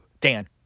Dan